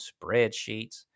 spreadsheets